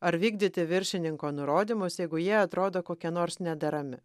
ar vykdyti viršininko nurodymus jeigu jie atrodo kokie nors nederami